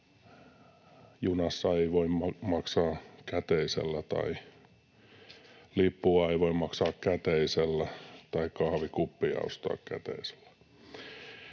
junassa ei voi maksaa käteisellä tai lippua ei voi maksaa käteisellä tai kahvikuppia ostaa käteisellä.